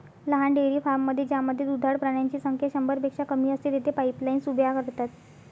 लहान डेअरी फार्ममध्ये ज्यामध्ये दुधाळ प्राण्यांची संख्या शंभरपेक्षा कमी असते, तेथे पाईपलाईन्स उभ्या करतात